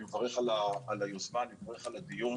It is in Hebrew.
אני מברך על היוזמה, אני מברך על הדיון